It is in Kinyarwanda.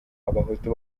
abahutu